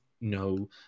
no